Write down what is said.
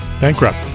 Bankrupt